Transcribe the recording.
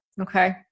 Okay